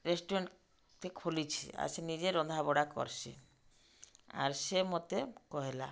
ରେଷ୍ଟୁରାଣ୍ଟ୍ଟେ ଖୋଲିଛି ଆର୍ ସେ ନିଜେ ରନ୍ଧା ବଢ଼ା କର୍ସି ଆର୍ ସେ ମତେ କହେଲା